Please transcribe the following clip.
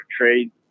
trade